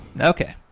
Okay